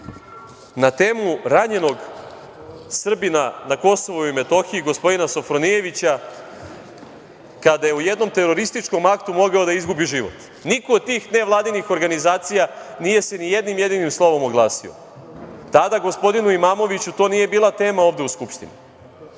na temu ranjenog Srbina na Kosovu i Metohiji gospodina Sofronijevića, kada je u jednom terorističkom aktu mogao da izgubi život. Niko od tih nevladinih organizacija nije se ni jednim jedinim slovom oglasio. Tada gospodinu Imamoviću to nije bila tema ovde u